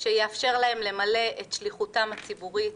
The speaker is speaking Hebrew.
שיאפשר להם למלא את שליחותם הציבוריים,